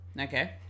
okay